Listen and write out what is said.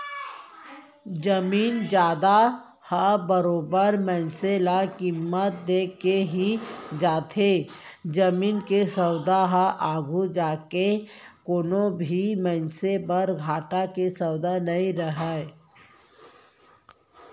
जमीन जघा ह बरोबर मनसे ल कीमत देके ही जाथे जमीन के सौदा ह आघू जाके कोनो भी मनसे बर घाटा के सौदा नइ रहय